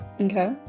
Okay